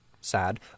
sad